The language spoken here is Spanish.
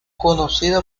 conocida